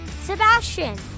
Sebastian